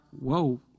Whoa